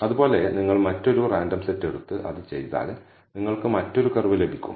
അതുപോലെ നിങ്ങൾ മറ്റൊരു റാൻഡം സെറ്റ് എടുത്ത് അത് ചെയ്താൽ നിങ്ങൾക്കു മറ്റൊരു കർവ് ലഭിക്കും